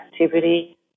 activity